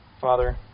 Father